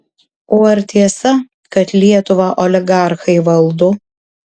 o ar tiesa kad lietuvą oligarchai valdo